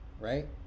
Right